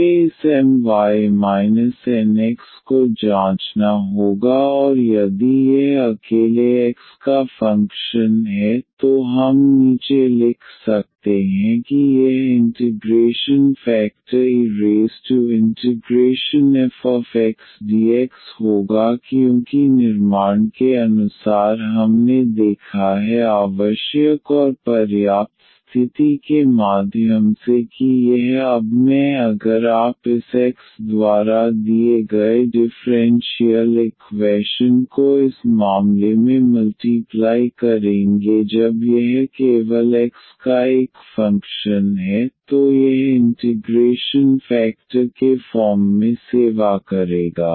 हमें इस My Nx को जांचना होगा और यदि यह अकेले x का फंक्शन है तो हम नीचे लिख सकते हैं कि यह इंटिग्रेशन फेकटर efxdx होगा क्योंकि निर्माण के अनुसार हमने देखा है आवश्यक और पर्याप्त स्थिति के माध्यम से कि यह अब मैं अगर आप इस I x द्वारा दिए गए डिफ़्रेंशियल इक्वैशन को इस मामले में मल्टीप्लाइ करेंगे जब यह केवल x का एक फंक्शन है तो यह इंटिग्रेशन फेकटर के फॉर्म में सेवा करेगा